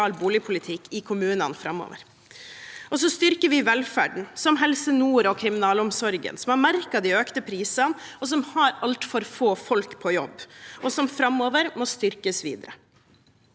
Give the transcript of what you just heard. boligpolitikk i kommunene framover. Vi styrker også velferden, som Helse nord og kriminalomsorgen, som har merket de økte prisene og har altfor få folk på jobb, og som framover må styrkes videre.